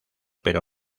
pero